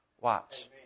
watch